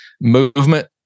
movement